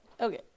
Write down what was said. Okay